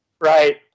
Right